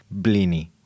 Blini